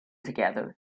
together